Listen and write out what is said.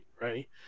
Right